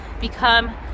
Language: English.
become